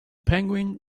penguin